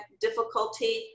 difficulty